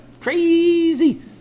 Crazy